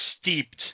steeped